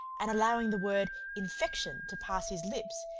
and allowing the word infection to pass his lips,